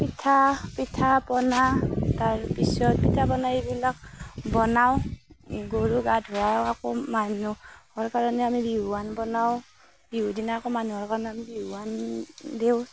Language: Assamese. পিঠা পিঠা পনা তাৰ পিছত পিঠা পনা এইবিলাক বনাওঁ গৰু গা ধোৱাওঁ আকৌ মানুহৰ কাৰণে আমি বিহুৱান বনাওঁ বিহুৰ দিনা আকৌ মানুহৰ কাৰণে বিহুৱান দিওঁ